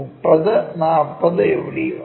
30 40 എവിടെയോ